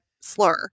Slur